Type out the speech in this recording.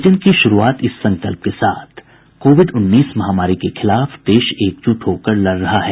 bulletin की शुरूआत इस संकल्प के साथ कोविड उन्नीस महामारी के खिलाफ देश एकजुट होकर लड़ रहा है